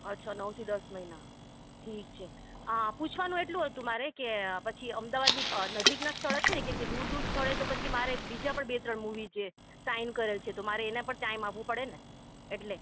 અચ્છા નવથી દસ મહિના ઠીક છે આ પુછવાનું એટલું હતું મારે કે પછી અમદાવાદની અ નજીકનાં સ્થળ છે ને કેમ કે દૂર દૂર સ્થળે તો પછી મારે બીજા પણ બે ત્રણ મુવી છે સાઈન કરેલ છે તો મારે એને પણ ટાઈમ આપવો પડે ને એટલે